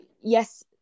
yes